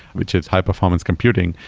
which is high-performance computing,